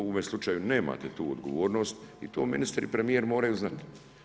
U ovome slučaju nemate tu odgovornost i to ministri i premijer moraju znati.